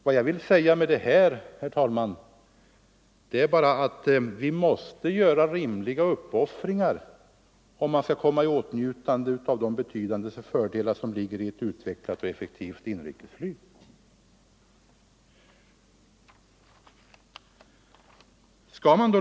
Vad jag vill säga med detta, herr talman, är bara att vi måste göra rimliga uppoffringar om vi skall komma i åtnjutande av de betydande fördelar som ligger i ett utvecklat och effektivt inrikesflyg.